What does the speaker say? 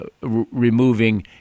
removing